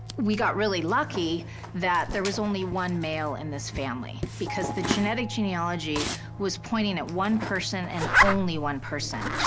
we got really lucky that there was only one male in this family because the genetic genealogy was pointing at one person and only one person,